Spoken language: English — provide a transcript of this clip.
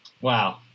Wow